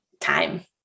time